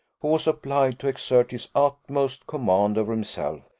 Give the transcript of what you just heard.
who was obliged to exert his utmost command over himself,